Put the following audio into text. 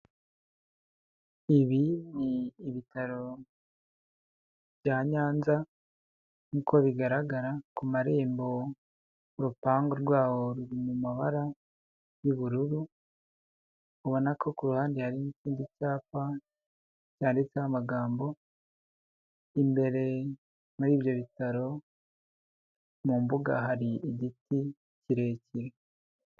Ibi ni ibitaro bya Nyanza nkuko bigaragara ku marembo, urupangu rwaho ruri mu mabara y'ubururu, ubona ko ku ruhande hari n'ikindi cyapa cyanditseho amagambo, imbere muri ibyo bitaro mu mbuga hari igiti kirekire.